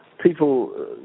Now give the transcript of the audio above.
People